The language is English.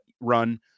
run